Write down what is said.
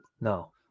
no